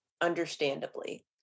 understandably